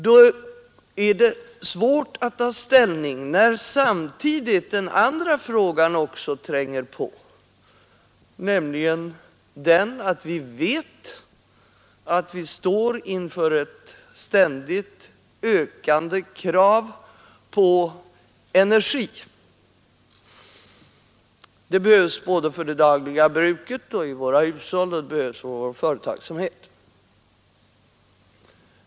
Det är svårt att ta ställning, när samtidigt den andra frågan också tränger på, nämligen den att vi vet att vi står inför ett ständigt ökande krav på energi. Denna behövs både för det dagliga bruket i våra hushåll och för vår företagsamhet.